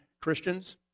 Christians